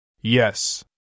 Yes